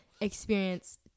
experience